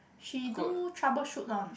she do troubleshoot one